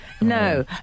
no